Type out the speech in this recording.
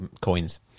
coins